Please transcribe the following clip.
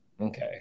Okay